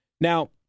Now